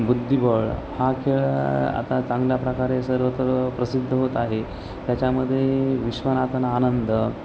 बुद्धिबळ हा खेळ आता चांगल्या प्रकारे सर्वत्र प्रसिद्ध होत आहे त्याच्यामध्ये विश्वनाथन आनंद